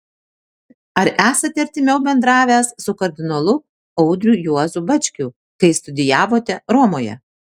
ar esate artimiau bendravęs su kardinolu audriu juozu bačkiu kai studijavote romoje